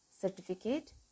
certificate